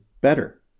better